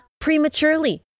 prematurely